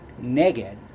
neged